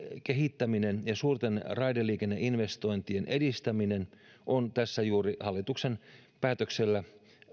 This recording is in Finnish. kehittäminen ja suurten raideliikenneinvestointien edistäminen ovat tässä juuri hallituksen päätöksellä